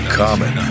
common